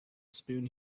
spoon